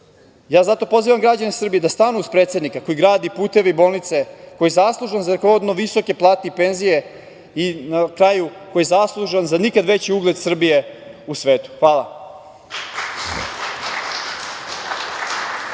države. Zato pozivam građane Srbije da stanu uz predsednika koji gradi puteve i bolnice, koji je zaslužan za visoke plate i penzije, i na kraju, koji je zaslužan za nikad veći ugled Srbije u svetu. Hvala.